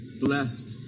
blessed